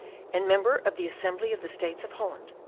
and member of the assembly of the states of holland,